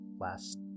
last